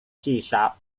cisza